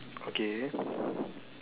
okay